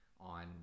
on